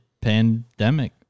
pandemic